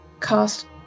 Cast